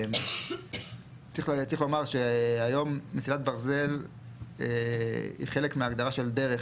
צריך לומר שהיום מסילת ברזל היא חלק מהגדרה של דרך,